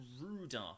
ruder